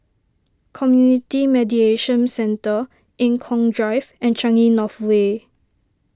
Community Mediation Centre Eng Kong Drive and Changi North Way